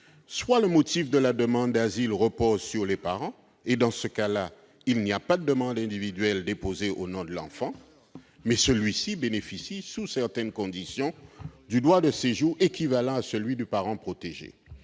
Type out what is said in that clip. soit le motif de la demande d'asile repose sur les parents, et, dans ce cas, il n'y a pas de demande individuelle déposée au nom de l'enfant, mais celui-ci bénéficie, sous certaines conditions, d'un droit de séjour équivalent à celui du parent protégé